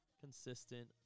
consistent